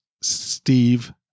Steve